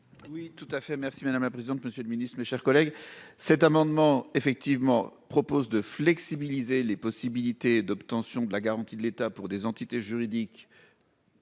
Oui tout à fait. Merci madame la présidente. Monsieur le Ministre, mes chers collègues. Cet amendement effectivement propose de flexibiliser les possibilités d'obtention de la garantie de l'État pour des entités juridiques.--